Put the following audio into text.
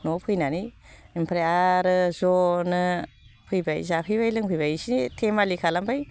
न'आव फैनानै ओमफ्राय आरो जनो फैबाय जाफैबाय लोंफैबाय इसे धेमालि खालामबाय